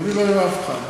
לא דיבר עם אף אחד.